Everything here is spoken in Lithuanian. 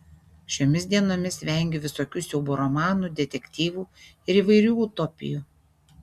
šiomis dienomis vengiu visokių siaubo romanų detektyvų ir įvairių utopijų